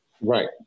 right